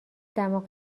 دماغ